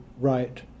right